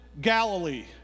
Galilee